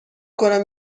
کنم